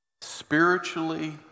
spiritually